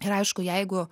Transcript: ir aišku jeigu